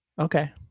Okay